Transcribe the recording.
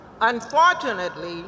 Unfortunately